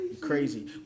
Crazy